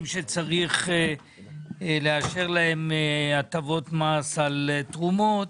שצריך לאשר להן הטבות מס על תרומות.